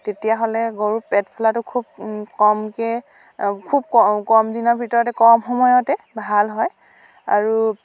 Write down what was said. তেতিয়াহ'লে গৰুৰ পেট ফুলাতো খুব কমকে খুব কম কমদিনৰ ভিতৰতে কম সময়তে ভাল হয় আৰু